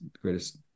greatest